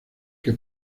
que